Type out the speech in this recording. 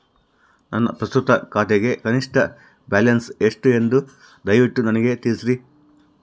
ನನ್ನ ಪ್ರಸ್ತುತ ಖಾತೆಗೆ ಕನಿಷ್ಠ ಬ್ಯಾಲೆನ್ಸ್ ಎಷ್ಟು ಎಂದು ದಯವಿಟ್ಟು ನನಗೆ ತಿಳಿಸ್ರಿ